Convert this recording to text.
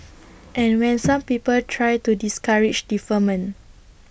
and when some people tried to discourage deferment